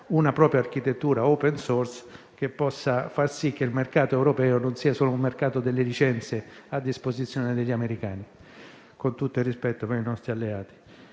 una propria architettura *open* *source* che possa far sì che il mercato europeo non sia solo un mercato delle licenze a disposizione degli americani, con tutto il rispetto per i nostri alleati.